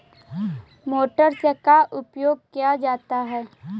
Motor से का उपयोग क्या जाता है?